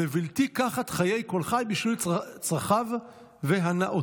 לבלתי קחת חיי כל חי, בשביל צרכיו והנאותיו".